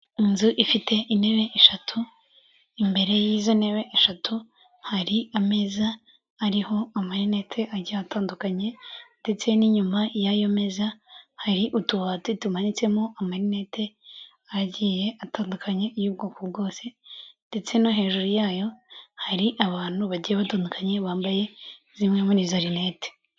Inzu ifite intebe eshatu, imbere y'izo ntebe eshatu hari ameza ariho amarinete agiye atandukanye, ndetse n'inyuma y'ayo meza hari utubati tumanitsemo amarinete agiye atandukanye y'ubwoko bwose, ndetse no hejuru yayo hari abantu bagiye batandukanye bambaye zimwe muri izo rinete.